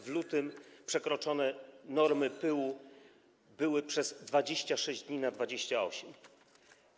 W lutym przekroczone normy pyłu były przez 26 dni na 28 dni.